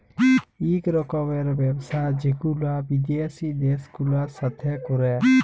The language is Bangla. ইক রকমের ব্যবসা যেগুলা বিদ্যাসি দ্যাশ গুলার সাথে ক্যরে